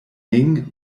ning